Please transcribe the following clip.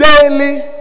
daily